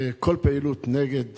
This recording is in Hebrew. כל פעילות נגד